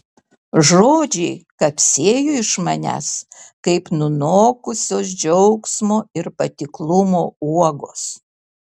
žodžiai kapsėjo iš manęs kaip nunokusios džiaugsmo ir patiklumo uogos